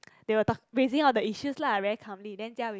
they were talk raising out the issues lah very calmly then jia wei